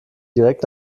direkt